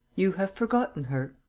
you have forgotten her?